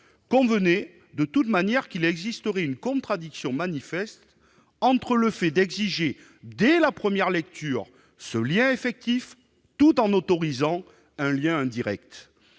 convenez, mes chers collègues, qu'il existerait une contradiction manifeste entre le fait d'exiger, dès la première lecture, ce lien effectif, tout en autorisant un lien indirect.